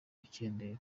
gukendera